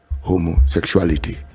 homosexuality